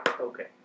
Okay